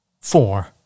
four